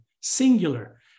singular